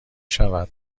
شود